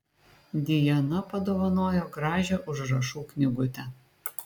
dijana padovanojo gražią užrašų knygutę